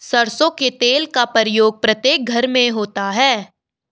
सरसों के तेल का प्रयोग प्रत्येक घर में होता है